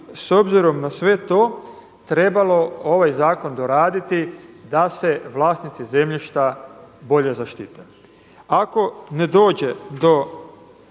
s obzirom na sve to trebalo ovaj zakon doraditi da se vlasnici zemljišta bolje zaštite. Ako ne dođe do